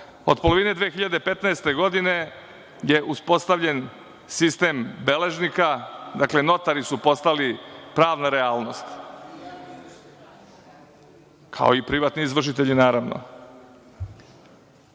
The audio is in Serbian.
od polovine 2015. godine je uspostavljen sistem beležnika. Dakle, notari su postali pravna realnost, kao i privatni izvršitelji, naravno. Zbog